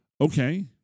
Okay